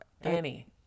Annie